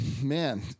Man